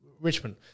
Richmond